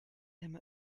him